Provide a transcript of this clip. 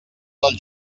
del